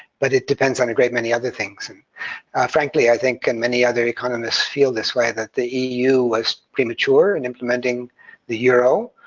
but it depends on many other things, and frankly i think, and many other economists feel this way, that the eu was premature in implementing the euro,